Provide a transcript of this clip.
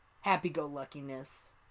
happy-go-luckiness